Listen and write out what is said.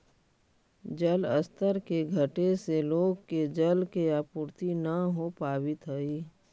जलस्तर के घटे से लोग के जल के आपूर्ति न हो पावित हई